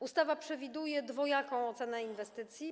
Ustawa przewiduje dwojaką ocenę inwestycji.